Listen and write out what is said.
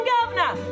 Governor